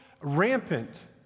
rampant